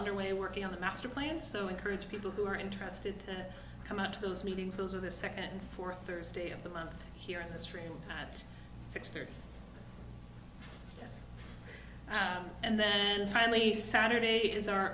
underway working on the master plan so encourage people who are interested to come out to those meetings those are the second for thursday of the month here in the street at six thirty and then finally saturday is our